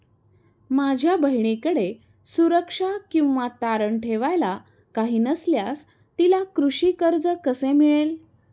माझ्या बहिणीकडे सुरक्षा किंवा तारण ठेवायला काही नसल्यास तिला कृषी कर्ज कसे मिळेल?